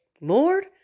Lord